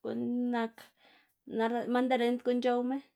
guꞌn nak mandarind guꞌn c̲h̲owma.